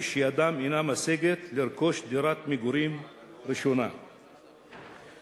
שידם אינה משגת לרכוש דירת מגורים ראשונה בקביעת